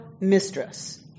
mistress